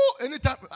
anytime